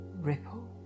ripple